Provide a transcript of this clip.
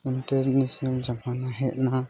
ᱯᱟᱱᱛᱮ ᱡᱤᱱᱤᱥ ᱡᱚᱠᱷᱚᱱ ᱦᱮᱡᱱᱟ